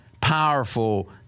powerful